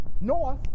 north